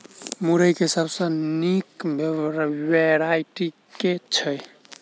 मुरई केँ सबसँ निक वैरायटी केँ छै?